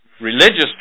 religious